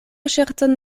ŝercon